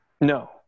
No